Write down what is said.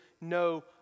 no